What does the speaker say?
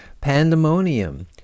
Pandemonium